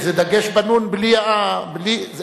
זה דגש בנו"ן בלי, זה